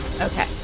Okay